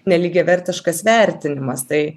nelygiavertiškas vertinimas tai